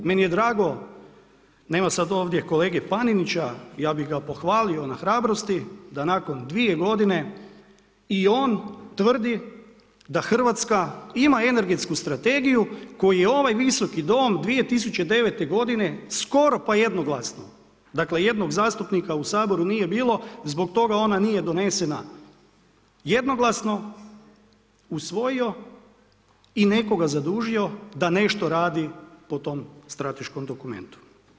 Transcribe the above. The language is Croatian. Meni je drago, nema sad ovdje kolege Panenića, ja bi ga pohvalio na hrabrosti, da nakon 2 g. i on tvrdi da Hrvatska ima energetsku strategiju koji je ovaj Visoki dom 2009. g. skoro pa jednoglasno, dakle, jednog zastupnika u Saboru nije bilo, zbog toga ona nije donesena jednoglasno usvojio i nekoga zadužio da nešto radi po tom strateškom dokumentu.